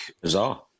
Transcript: Bizarre